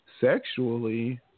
sexually